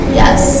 yes